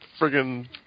friggin